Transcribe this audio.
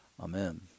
Amen